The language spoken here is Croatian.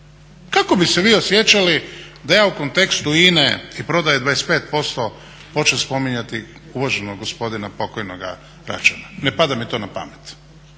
Kako bi se vi osjećali da ja u kontekstu INA-e i prodaje 25% počnem spominjati uvaženog gospodina pokojnoga Račana? Ne pada mi to na pamet!